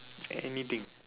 anything